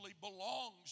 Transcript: belongs